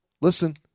Listen